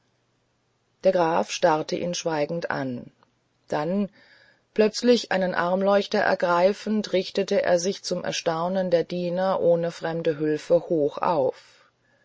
der graf starrte ihn schweigend an dann plötzlich einen armleuchter ergreifend richtete er sich zum erstaunen der diener ohne fremde hülfe hoch auf